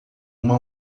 uma